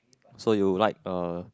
so you like uh